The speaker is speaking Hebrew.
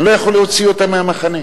אני לא יכול להוציא אותם מהמחנה.